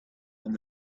and